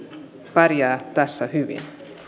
pärjää tässä hyvin